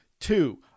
two